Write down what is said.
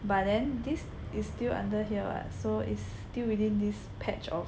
but then this is still under here [what] so it's still within this patch of